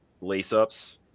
lace-ups